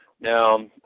Now